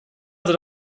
also